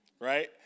right